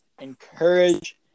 encourage